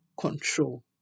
control